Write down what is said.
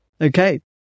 Okay